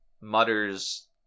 mutters